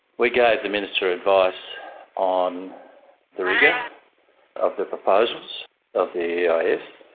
we gave the minister advice on the rigour of the proposals of the eis,